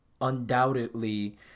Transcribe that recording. undoubtedly